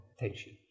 attention